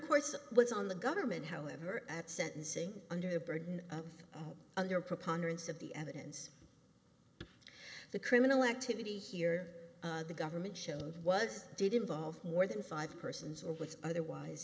course was on the government however at sentencing under the burden of under preponderance of the evidence the criminal activity here the government showed was did involve more than five persons or with otherwise